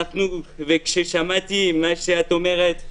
וכששמעתי מה שאת אומרת,